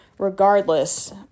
regardless